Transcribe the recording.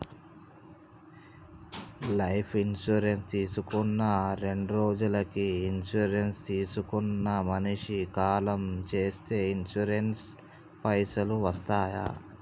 Life insurance తీసుకున్న రెండ్రోజులకి insurance తీసుకున్న మనిషి కాలం చేస్తే ఇన్సూరెన్స్ పైసల్ వస్తయా?